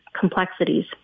complexities